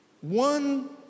one